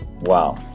wow